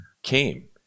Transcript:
came